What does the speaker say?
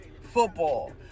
football